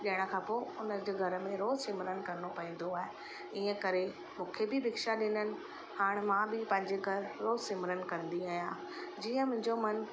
ॾियण खां पोइ हुनजे घर में रोज़ु सिमरन करिणो पवंदो आहे इनकरे मूंखे बि भिक्षा ॾिननि हाणे मां बि पंहिंजे घरि रोज़ु सिमरन कंदी आहियां जीअं मुंहिंजो मनु